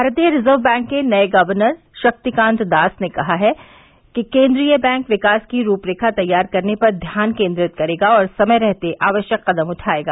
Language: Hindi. भारतीय रिजर्व बैंक के नये गवर्नर शक्तिकांत दास ने कहा है कि केन्द्रीय बैंक विकास की रूपरेखा तैयार करने पर ध्यान केन्द्रित करेगा और समय रहते आवश्यक कदम उठायेगा